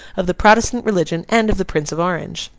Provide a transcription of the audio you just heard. of the protestant religion, and of the prince of orange.